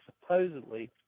supposedly